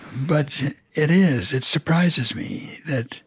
but it is. it surprises me that